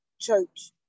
church